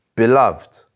Beloved